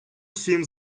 всім